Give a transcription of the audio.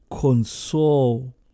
console